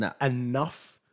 enough